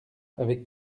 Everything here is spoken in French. avec